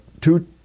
two